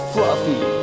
Fluffy